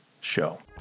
show